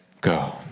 go